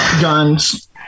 Guns